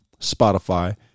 Spotify